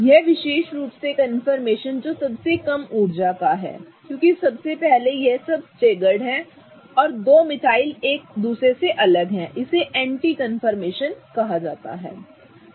यह विशेष रूप से कंफर्मेशन जो सबसे कम ऊर्जा का है ठीक है क्योंकि सबसे पहले यह सब स्टेगर्ड है और 2 मिथाइल एक दूसरे से अलग हैं इसे एंटी कंफर्मेशन कहा जाता है ठीक है